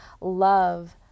love